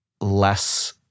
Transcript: less